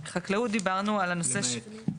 החקלאות, דיברנו על הנושא --- "למעט".